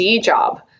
job